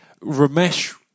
Ramesh